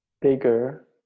bigger